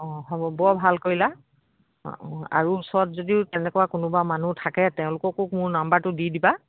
অঁ হ'ব বৰ ভাল কৰিলা অঁ আৰু ওচৰত যদিও তেনেকুৱা কোনোবা মানুহ থাকে তেওঁলোককো মোৰ নাম্বাৰটো দি দিবা